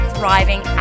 thriving